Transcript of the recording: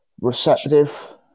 receptive